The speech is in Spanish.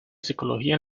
psicología